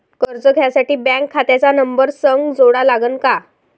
कर्ज घ्यासाठी बँक खात्याचा नंबर संग जोडा लागन का?